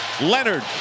Leonard